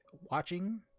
watching